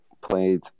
played